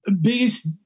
biggest